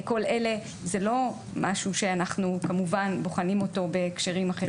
כל אלה זה לא משהו שאנחנו כמובן בוחנים אותו בהקשרים אחרים.